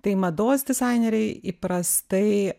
tai mados dizaineriai įprastai